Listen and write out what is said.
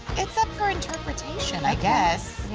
it's up for interpretation, i guess.